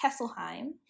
Kesselheim